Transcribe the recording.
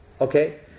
Okay